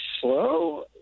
slow